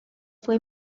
fue